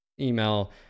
email